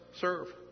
Serve